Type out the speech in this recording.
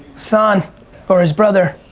hassan or his bother,